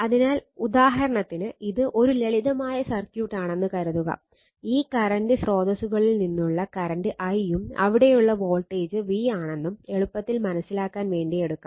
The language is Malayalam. അതിനാൽ ഉദാഹരണത്തിന് ഇത് ഒരു ലളിതമായ സർക്യൂട്ട് ആണെന്ന് കരുതുക ഈ കറന്റ് സ്രോതസ്സുകളിൽ നിന്നുള്ള കറന്റ് I യും അവിടെയുള്ള വോൾടേജ് V ആണെന്നും എളുപ്പത്തിൽ മനസിലാക്കാൻ വേണ്ടി എടുക്കാം